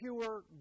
pure